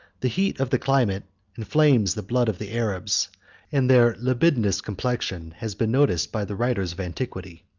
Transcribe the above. the heat of the climate inflames the blood of the arabs and their libidinous complexion has been noticed by the writers of antiquity.